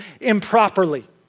improperly